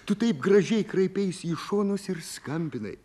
tu taip gražiai kraipeisi į šonus ir skambinai